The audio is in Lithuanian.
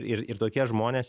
ir ir tokie žmonės